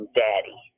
daddy